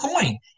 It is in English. coin